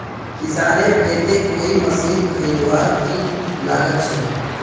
किसानेर केते कोई मशीन खरीदवार की लागत छे?